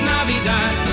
Navidad